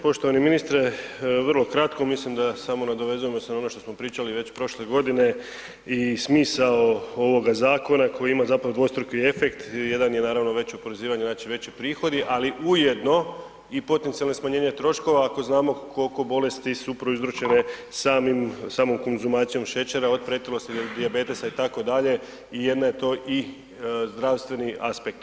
Poštovani ministre, vrlo kratko, mislim da samo nadovezujemo se na ono što smo pričali već prošle godine i smisao ovoga zakona koji ima zapravo dvostruki efekt, jedan je naravno veće oporezivanje, znači veći prihodi ali ujedno i potencijalno smanjenje troškova ako znamo koliko bolesti su prouzročene samim konzumacijom šećera, od pretilosti do dijabetesa itd. i jedan je to i zdravstveni aspekt.